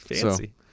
Fancy